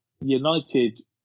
United